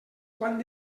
quant